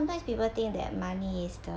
sometimes people think that money is the